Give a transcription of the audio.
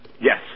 Yes